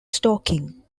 stalking